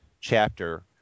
chapter